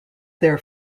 their